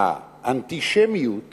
שהאנטישמיות